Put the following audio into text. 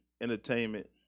entertainment